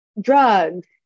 drugs